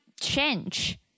change